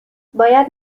باید